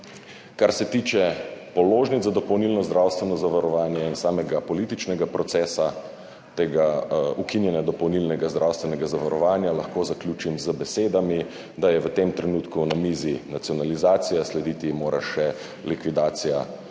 Kar se tiče položnic za dopolnilno zdravstveno zavarovanje in samega političnega procesa tega ukinjanja dopolnilnega zdravstvenega zavarovanja, lahko zaključim z besedami, da je v tem trenutku na mizi nacionalizacija, slediti ji mora še likvidacija,